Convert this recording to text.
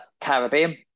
Caribbean